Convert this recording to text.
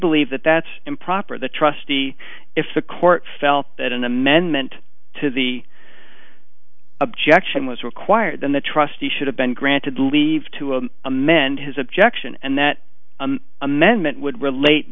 believe that that's improper the trustee if the court felt that an amendment to the objection was required then the trustee should have been granted leave to amend his objection and that amendment would relate